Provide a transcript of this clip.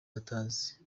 batazi